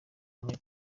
muri